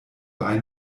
bei